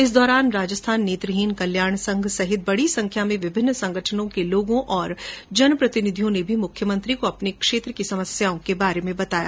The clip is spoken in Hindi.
इस दौरान राजस्थान र्नेत्रहीन कल्याण संघ सहित बड़ी संख्या में विभिन्न संगठनों के लोगों और जनप्रतिनिधियों ने भी मुख्यमंत्री को अपने क्षेत्र की समस्याओं के बारे में बताया